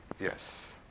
Yes